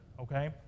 Okay